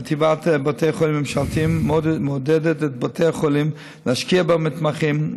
חטיבת בתי החולים הממשלתיים מעודדת את בתי החולים להשקיע במתמחים,